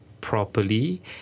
properly